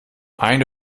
eine